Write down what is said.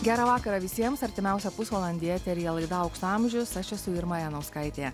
gerą vakarą visiems artimiausią pusvalandį eteryje laida aukso amžiaus aš esu irma janauskaitė